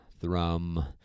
thrum